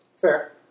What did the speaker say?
Fair